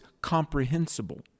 comprehensible